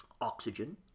Oxygen